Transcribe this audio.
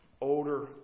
older